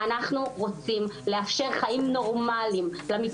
אנחנו כבר אחרי כמה חודשים טובים מאז האמירה הראשונית בפועל הלכה למעשה.